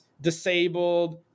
disabled